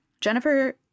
Jennifer